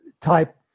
type